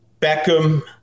Beckham